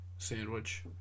Sandwich